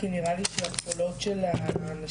כי נראה לי שהקולות של הנשים,